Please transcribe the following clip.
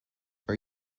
are